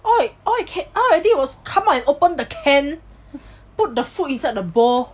all all I did was come out to open the can put the food inside the bowl